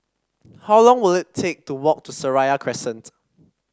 how long will it take to walk to Seraya Crescent